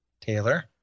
Taylor